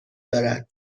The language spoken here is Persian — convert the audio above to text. دارد